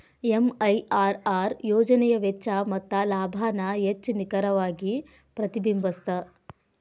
MIRR ಯೋಜನೆಯ ವೆಚ್ಚ ಮತ್ತ ಲಾಭಾನ ಹೆಚ್ಚ್ ನಿಖರವಾಗಿ ಪ್ರತಿಬಿಂಬಸ್ತ